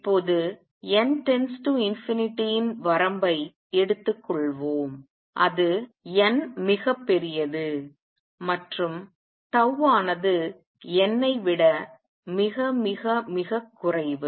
இப்போது n →∞ இன் வரம்பை எடுத்துக்கொள்வோம் அது n மிகப் பெரியது மற்றும் ஆனது n ஐ விட மிக மிக மிகக் குறைவு